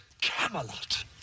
Camelot